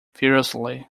furiously